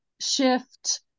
shift